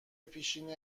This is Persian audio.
پیشین